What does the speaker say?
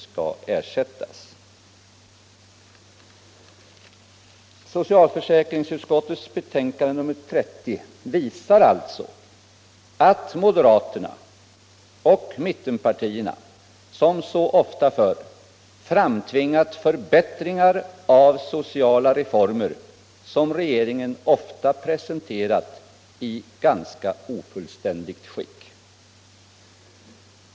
skall ersättas. Socialförsäkringsutskottets betänkande nr 30 visar alltså att moderaterna och mittenpartierna som så ofta förr framtvingat förbättringar av sociala reformer som regeringen presenterat i ganska ofullständigt skick.